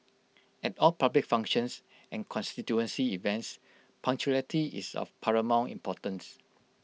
at all public functions and constituency events punctuality is of paramount importance